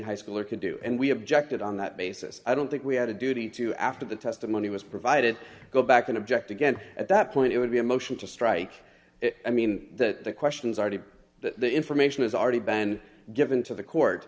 high schooler can do and we objected on that basis i don't think we had a duty to after the testimony was provided go back and object again at that point it would be a motion to strike it i mean that the questions already that the information has already been given to the court